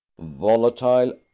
Volatile